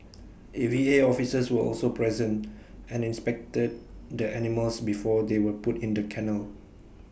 A V A officers were also present and inspected the animals before they were put in the kennel